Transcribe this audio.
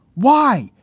why?